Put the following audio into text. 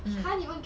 mm